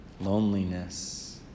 loneliness